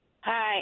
Hi